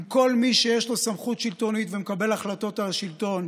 אם כל מי שיש לו סמכות שלטונית ומקבל החלטות על השלטון